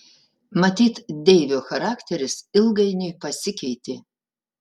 matyt deivio charakteris ilgainiui pasikeitė